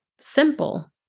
simple